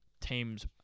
teams